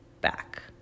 back